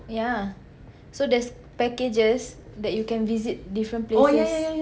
yeah so there's packages that you can visit different places